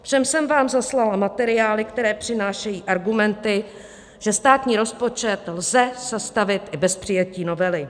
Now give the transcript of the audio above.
Všem jsem vám zaslala materiály, které přinášejí argumenty, že státní rozpočet lze sestavit i bez přijetí novely.